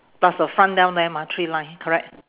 plus the front down there mah three line correct